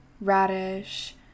radish